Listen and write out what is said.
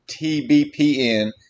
TBPN